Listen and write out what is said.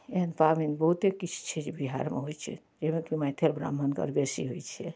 एहेन पाबनि बहुते किछु छै जे बिहारमे होइ छै जाहिमे कि मैथिल ब्राह्मणके बेसी होइ छै